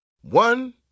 One